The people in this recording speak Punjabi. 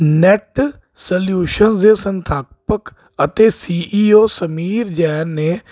ਨੈਟ ਸਲਿਊਸ਼ਨਸ ਦੇ ਸੰਸਥਾਪਕ ਅਤੇ ਸੀਈਓ ਸਮੀਰ ਜੈਨ ਨੇ